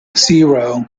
zero